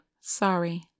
sorry